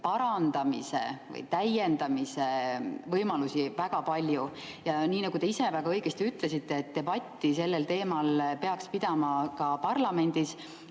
parandamise või täiendamise võimalusi väga palju. Ja nii nagu te ise väga õigesti ütlesite, debatti sellel teemal peaks pidama ka parlamendis,